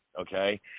okay